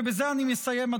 ובזה אני מסיים,